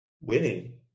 winning